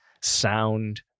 sound